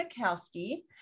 Mikowski